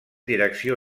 direcció